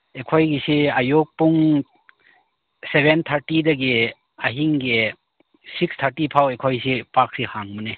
ꯑꯩꯈꯣꯏꯒꯤꯁꯤ ꯑꯌꯨꯛ ꯄꯨꯡ ꯁꯕꯦꯟ ꯊꯥꯔꯇꯤꯗꯒꯤ ꯑꯍꯤꯡꯒꯤ ꯁꯤꯛꯁ ꯊꯥꯔꯇꯤ ꯐꯥꯎ ꯑꯩꯈꯣꯏꯁꯤ ꯄꯥꯛꯁꯤ ꯍꯥꯡꯕꯅꯦ